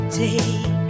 take